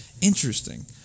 Interesting